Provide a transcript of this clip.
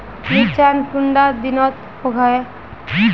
मिर्चान कुंडा दिनोत उगैहे?